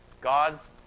God's